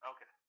Okay